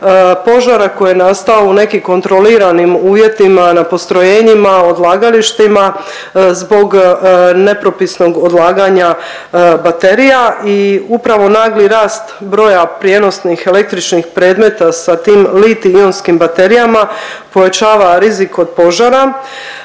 požara koji je nastao u nekim kontroliranim uvjetima na postrojenjima, odlagalištima, zbog nepropisnog odlaganja baterija i upravo nagli rast broja prijenosnih električnih predmeta sa tim litij-ionskim baterijama pojačava rizik od požara.